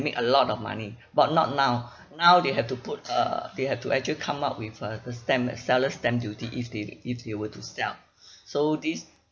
need a lot of money but not now now they have to put uh they have to actually come up with a the stamp the seller's stamp duty if they if they were to sell so this